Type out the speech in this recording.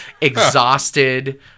exhausted